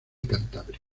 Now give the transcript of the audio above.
cantabria